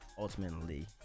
ultimately